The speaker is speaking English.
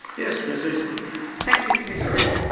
yes. ms eastman thank you, commissioners.